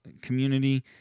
community